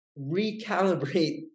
recalibrate